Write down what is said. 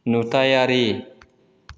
नुथायारि